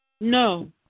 No